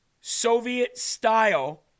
Soviet-style